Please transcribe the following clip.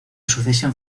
sucesión